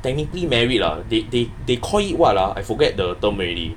technically married lah they they they call it what lah I forget the term already